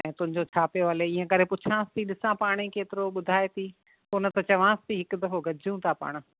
ऐं तुंहिंजो छा पियो हले ईअं करे पुछांस थी ॾिसां पाण ई केतिरो ॿुधाए थी पोइ न त चवांस थी हिक दफ़ो गॾजूं था पाण